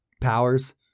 powers